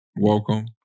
Welcome